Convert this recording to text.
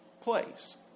place